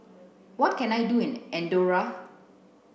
what can I do in Andorra